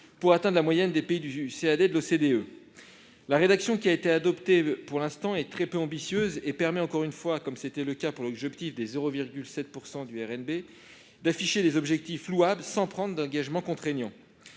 pour atteindre la moyenne des pays du CAD de l'OCDE. La rédaction actuelle est très peu ambitieuse et permet encore une fois, comme c'était le cas pour l'objectif de 0,7 % du RNB, d'afficher un objectif louable, sans prendre d'engagement contraignant.